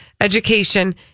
Education